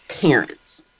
parents